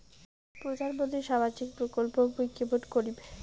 প্রধান মন্ত্রীর সামাজিক প্রকল্প মুই কেমন করিম?